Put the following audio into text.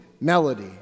melody